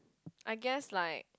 I guess like